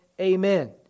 Amen